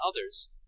OTHERS